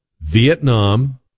Vietnam